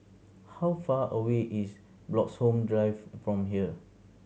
how far away is Bloxhome Drive from here